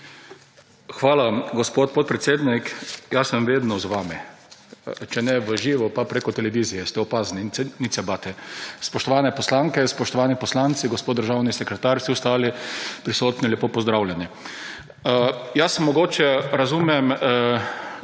Hvala, gospod podpredsednik. Jaz sem vedno z vami, če ne v živo, pa preko televizije ste opazni, nič se bati. Spoštovane poslanke, spoštovani poslanci, gospod državni sekretar, vsi ostali prisotni lepo pozdravljeni! Jaz mogoče razumem